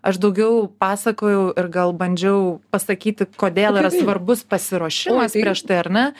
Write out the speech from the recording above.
aš daugiau pasakojau ir gal bandžiau pasakyti kodėl yra svarbus pasiruošimas prieš tai ar ne